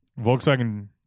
Volkswagen